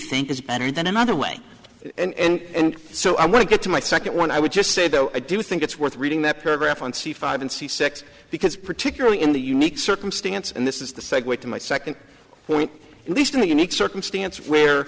think is better than another way and so i want to get to my second one i would just say though i do think it's worth reading that paragraph on c five and see sex because particularly in the unique circumstance and this is the segue to my second point at least in a unique circumstance where